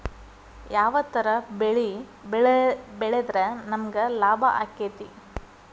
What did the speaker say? ಯಾವ ತರ ಬೆಳಿ ಬೆಳೆದ್ರ ನಮ್ಗ ಲಾಭ ಆಕ್ಕೆತಿ?